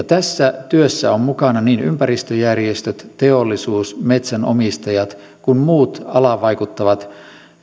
tässä työssä ovat mukana niin ympäristöjärjestöt teollisuus metsänomistajat kuin muut alaan vaikuttavat